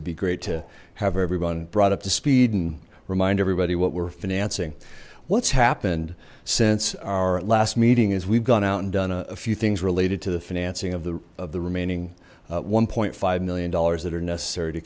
it'd be great to have everyone brought up to speed and remind everybody what we're financing what's happened since our last meeting is we've gone out and done a few things related to the financing of the of the remaining one point five million dollars that are necessary to